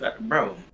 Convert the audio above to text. Bro